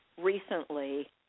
recently